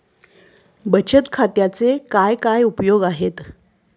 बचत खात्याचे काय काय उपयोग आहेत?